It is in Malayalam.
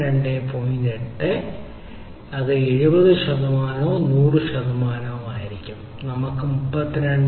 83 ആയിരിക്കും 70 ശതമാനം ഇപ്പോൾ 100 ശതമാനം അതിനാൽ നമ്മൾക്ക് 32